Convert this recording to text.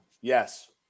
Yes